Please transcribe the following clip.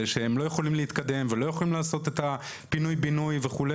שהם לא יכולים להתקדם ולא יכולים לעשות את הפינוי בינוי וכו',